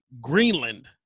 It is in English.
Greenland